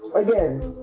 again,